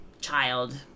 child